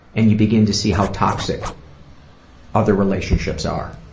and you begin to see how toxic other relationships are